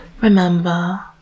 Remember